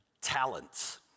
talents